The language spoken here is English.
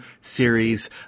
series